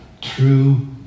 true